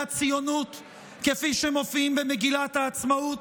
הציונות כפי שהם מופיעים במגילת העצמאות?